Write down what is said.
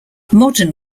modern